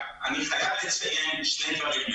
אני חייב לציין שני דברים.